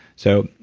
so,